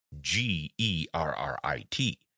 G-E-R-R-I-T